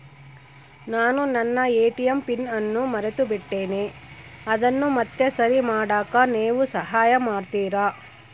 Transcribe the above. ನಾನು ನನ್ನ ATM PIN ಅನ್ನು ಮರೆತುಬಿಟ್ಟೇನಿ ಅದನ್ನು ಮತ್ತೆ ಸರಿ ಮಾಡಾಕ ನೇವು ಸಹಾಯ ಮಾಡ್ತಿರಾ?